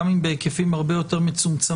גם אם בהיקפים הרבה יותר מצומצמים,